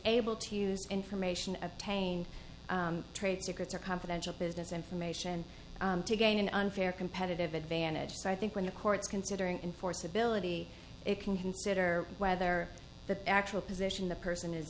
able to use information obtained trade secrets or confidential business information to gain an unfair competitive advantage so i think when the court's considering enforceability it can consider whether the actual position the person is